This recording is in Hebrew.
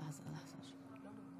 חבר הכנסת משה ארבל, אני